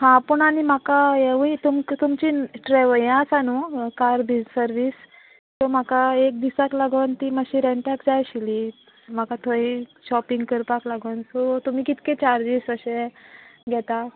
हां पूण आनी म्हाका हेंवूय तुमकां तुमची ट्रेवल यें आसा न्हू कार बी सर्वीस सो म्हाका एक दिसाक लागोन ती मातशी रेंटाक जाय आशिल्ली म्हाका थंय शॉपिंग करपाक लागोन सो तुमी कितके चार्जीस अशें घेता